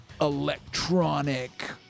electronic